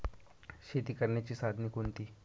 शेती करण्याची साधने कोणती?